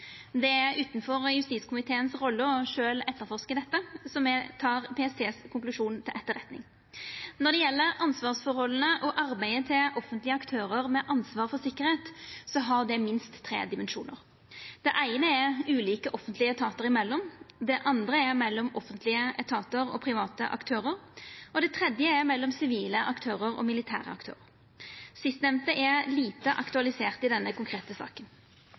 Det er utanfor rolla til justiskomiteen sjølv å etterforska dette, så me tek PSTs konklusjon til etterretning. Når det gjeld ansvarsforholda og arbeidet til offentlege aktørar med ansvar for sikkerheit, har det minst tre dimensjonar. Det eine er ulike offentlege etatar imellom, det andre er mellom offentlege etatar og private aktørar, og det tredje er mellom sivile aktørar og militære aktørar. Sistnemnde er lite aktualisert i denne konkrete saka.